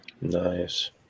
Nice